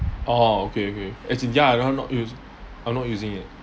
orh okay okay as in ya I not use I'm not using it